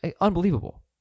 Unbelievable